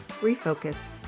refocus